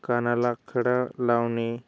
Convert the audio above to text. कानाला खडा लावणे